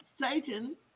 Satan